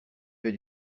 fais